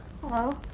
Hello